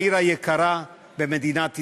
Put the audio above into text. העיר היקרה במדינת ישראל,